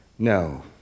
No